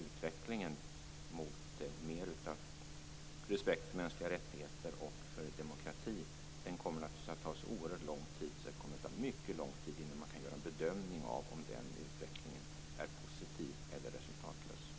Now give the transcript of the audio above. Utvecklingen mot mer av respekt för mänskliga rättigheter och mot demokrati kommer naturligtvis att ta oerhört lång tid. Det kommer alltså att ta mycket lång tid innan man kan göra en bedömning av om utvecklingen är positiv eller om ansträngningarna varit resultatlösa.